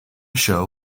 show